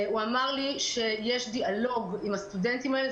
הוא אמר לי שיש דיאלוג עם הסטודנטים האלה.